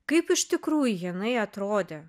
kaip iš tikrųjų jinai atrodė